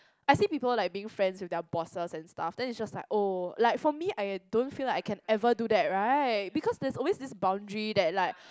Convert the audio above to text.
I see people like being friends with their bosses and stuff then is just like oh like for me I don't feel like I can ever do that right because there is always this boundary that like